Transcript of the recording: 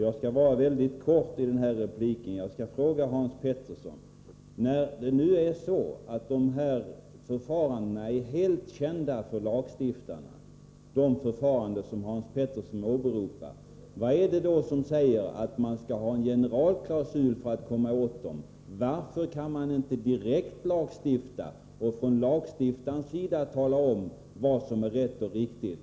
Jag skall vara mycket kortfattat i min replik och bara fråga Hans Petersson i Hallstahammar: När det är så att de förfaranden som Hans Petersson åberopar är helt kända för lagstiftaren, vad är det då som säger att man skall ha en generalklausul för att komma åt vederbörande? Varför kan man inte, om man vill komma åt de här fallen, direkt lagstifta och från lagstiftarens sida tala om vad som är rätt och riktigt?